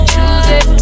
Tuesday